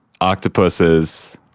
octopuses